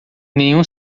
nenhum